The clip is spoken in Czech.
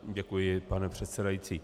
Děkuji, pane předsedající.